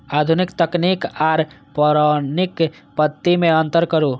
आधुनिक तकनीक आर पौराणिक पद्धति में अंतर करू?